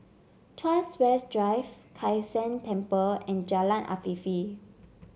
Tuas West Drive Kai San Temple and Jalan Afifi